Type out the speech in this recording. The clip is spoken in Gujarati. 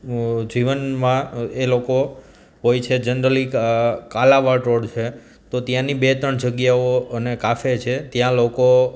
જીવનમાં એ લોકો હોય છે જનરલી કાલાવડ રોડ છે તો ત્યાંની બે ત્રણ જગ્યાઓ અને કાફે છે ત્યાં લોકો